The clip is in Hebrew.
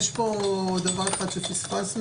יש פה דבר אחד שפספסנו